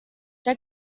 der